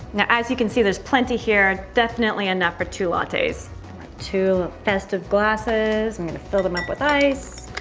now, as you can see there's plenty here, definitely enough for two ah lattes two festive glasses, i'm going to fill them up with ice.